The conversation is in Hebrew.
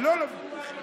תוריד את הטון.